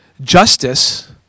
Justice